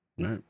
Right